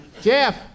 Jeff